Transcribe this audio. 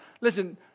listen